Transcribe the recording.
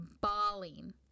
bawling